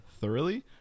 thoroughly